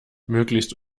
möglichst